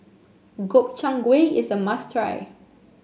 Gobchang Gui is a must try